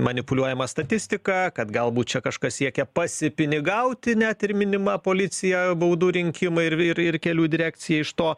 manipuliuojama statistika kad galbūt čia kažkas siekia pasipinigauti net ir minima policija baudų rinkimai ir ir ir kelių direkcija iš to